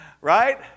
Right